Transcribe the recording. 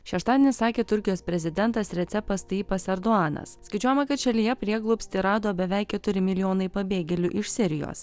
šeštadienį sakė turkijos prezidentas recepas tajipas erduanas skaičiuojama kad šalyje prieglobstį rado beveik keturi milijonai pabėgėlių iš sirijos